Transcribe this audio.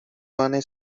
vane